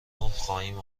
خواهیم